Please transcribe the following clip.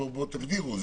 בואו ותגדירו.